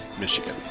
Michigan